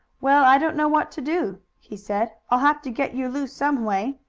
well, i don't know what to do, he said. i'll have to get you loose some way.